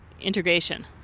integration